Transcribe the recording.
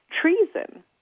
treason